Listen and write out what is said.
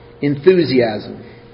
enthusiasm